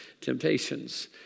temptations